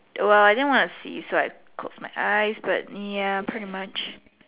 well I didn't wanna see so I close my eyes but ya pretty much